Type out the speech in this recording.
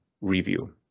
review